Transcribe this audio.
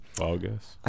August